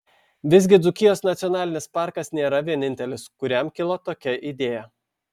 visgi dzūkijos nacionalinis parkas nėra vienintelis kuriam kilo tokia idėja